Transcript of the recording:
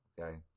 Okay